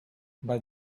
but